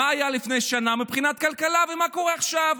מה היה לפני שנה מבחינת כלכלה ומה קורה עכשיו,